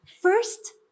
First